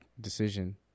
decision